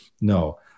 No